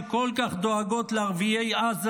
שכל כך דואגות לערביי עזה,